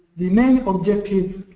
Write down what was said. the main objective